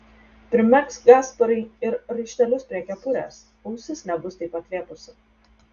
primegzk gasparai ir raištelius prie kepurės ausis nebus taip atlėpusi